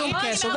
סליחה.